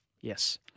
Yes